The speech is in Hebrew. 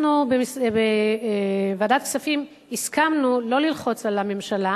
אנחנו בוועדת הכספים הסכמנו שלא ללחוץ על הממשלה